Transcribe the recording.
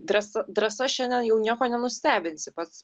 drąs drąsa šiandien jau nieko nenustebinsi pats